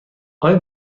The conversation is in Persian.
آیا